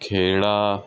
Kheda